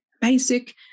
basic